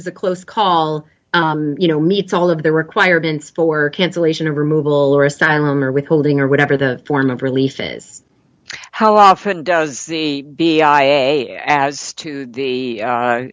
is a close call you know meets all of the requirements for cancellation of removal or asylum or withholding or whatever the form of relief is how often does the b i am as to the